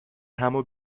همو